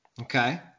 Okay